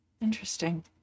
Interesting